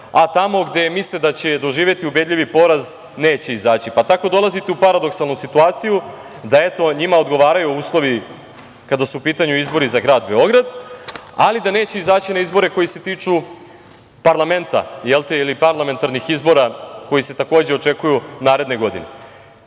a tamo gde misle da će doživeti ubedljivi poraz neće izaći, pa tako dolazite u paradoksalnu situaciju da njima odgovaraju uslovi kada su u pitanju izbori za grad Beograd, ali da neće izaći na izbore koji se tiču parlamenta ili parlamentarnih izbora, koji se takođe očekuju naredne godine. Zdravom